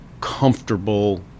comfortable